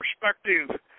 perspective